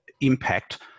impact